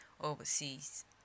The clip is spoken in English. overseas